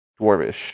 dwarvish